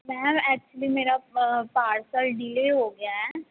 ma'am ਐਚੁਅਲੀ ਮੇਰਾ parcel delay ਹੋ ਗਿਆ ਹੈ